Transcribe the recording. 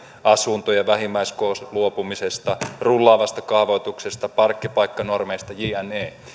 asuntojen vähimmäiskoosta luopumisesta rullaavasta kaavoituksesta parkkipaikkanormeista ja niin edelleen